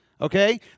Okay